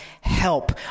help